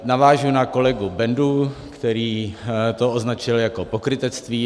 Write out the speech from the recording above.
Navážu na kolegu Bendu, který to označil jako pokrytectví.